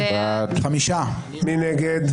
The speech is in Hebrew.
מי נגד?